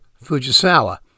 Fujisawa